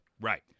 Right